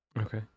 Okay